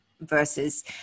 versus